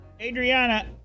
Adriana